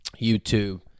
YouTube